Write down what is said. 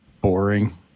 boring